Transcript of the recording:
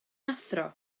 athro